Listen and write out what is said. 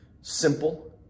Simple